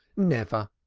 never,